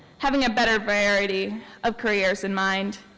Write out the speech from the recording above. having a better variety of careers in mind